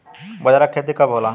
बजरा के खेती कब होला?